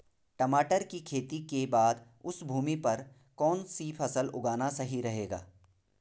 टमाटर की खेती के बाद उस भूमि पर कौन सी फसल उगाना सही रहेगा?